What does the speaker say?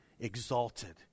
exalted